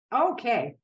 okay